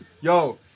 Yo